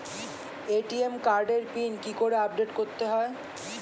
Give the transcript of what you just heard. ATM কার্ডের pin কি করে আপডেট করতে হয়?